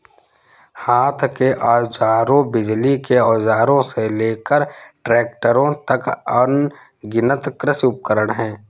हाथ के औजारों, बिजली के औजारों से लेकर ट्रैक्टरों तक, अनगिनत कृषि उपकरण हैं